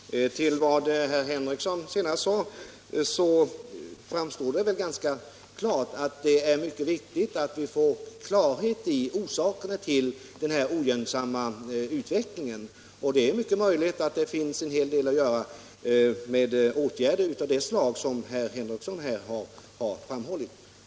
Herr talman! Efter herr Henriksons senaste inlägg framstår det väl ganska tydligt att det är mycket viktigt att vi får klarhet i orsakerna till den här ogynnsamma utvecklingen. Det är mycket möjligt att det finns en hel del att vinna med åtgärder av det slag som herr Henrikson har framhållit.